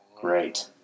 Great